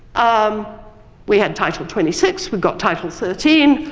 um we had title twenty six, we got title thirteen,